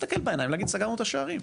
להסתכל בעיניים ולהגיד שסגרנו את השערים.